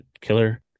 killer